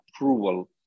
approval